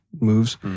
moves